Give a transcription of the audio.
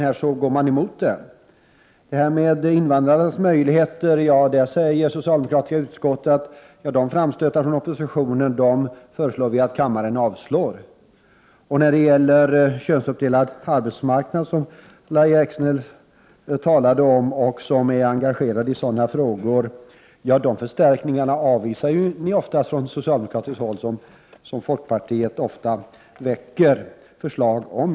De framstötar från oppositionen som gjorts beträffande invandrarnas möjligheter föreslår socialdemokraterna i utskottet att kammaren avslår och när det gäller könsuppdelad arbetsmarknad, en fråga som Lahja Exner är engagerad i och talade om, avvisar socialdemokraterna oftast de förstärkningar som folkpartiet väcker förslag om.